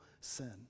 sin